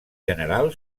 general